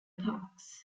parks